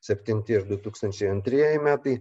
septinti ir du tūkstančiai antrieji metai